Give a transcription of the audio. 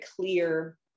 clear